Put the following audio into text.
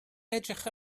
edrych